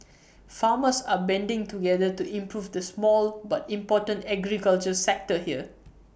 farmers are banding together to improve the small but important agriculture sector here